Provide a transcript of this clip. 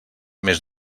més